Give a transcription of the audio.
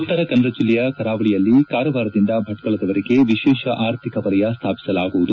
ಉತ್ತರಕನ್ನಡ ಜಿಲ್ಲೆಯ ಕರಾವಳಿಯಲ್ಲಿ ಕಾರವಾರದಿಂದ ಭಟ್ಕಳದವರೆಗೆ ವಿಶೇಷ ಆರ್ಥಿಕ ವಲಯ ಸ್ಥಾಪಿಸಲಾಗುವುದು